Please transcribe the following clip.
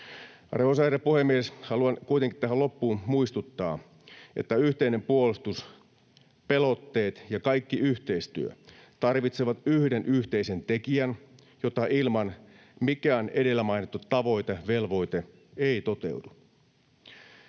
Arvoisa herra puhemies! Haluan kuitenkin tähän loppuun muistuttaa, että yhteinen puolustus, pelotteet ja kaikki yhteistyö tarvitsevat yhden yhteisen tekijän, jota ilman mikään edellä mainittu tavoite, velvoite ei toteudu.